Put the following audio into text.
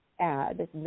add